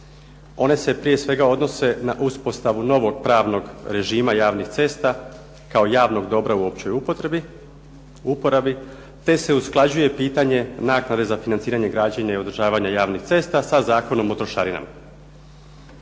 One se prije svega odnose na uspostavu novog pravnog režima javnih cesta kao javnog dobra u općoj uporabi te se usklađuje pitanje naknade za financiranje građenja i održavanja javnih cesta sa Zakonom o trošarinama.